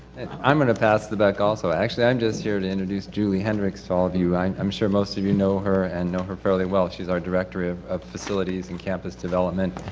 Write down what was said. i'm gonna pass it back also. actually i'm just here to introduce julie hendricks to all of you. i, and i'm sure most of you know her, and know her fairly well. she's our directory of of facilities and campus development,